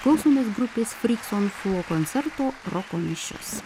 klausomės grupės fryks on flo koncerto roko mišios